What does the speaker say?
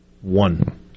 one